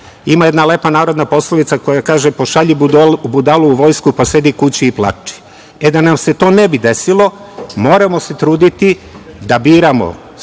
Ima jedna lepa narodna poslovica koja kaže - pošalji budalu u vojsku, pa sedi kući i plači. E, da nam se to ne bi desilo, moramo se truditi da biramo